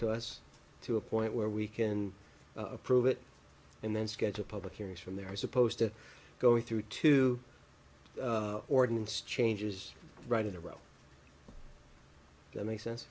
to us to a point where we can approve it and then schedule public hearings from there are supposed to go through two ordinance changes right in a row that makes sense